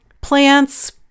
plants